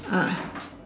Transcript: ah